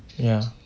ya